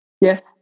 Yes